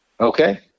Okay